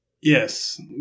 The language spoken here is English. Yes